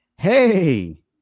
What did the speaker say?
Hey